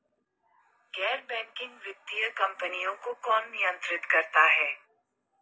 गैर बैंकिंग वित्तीय कंपनियों को कौन नियंत्रित करता है?